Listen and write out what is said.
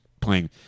playing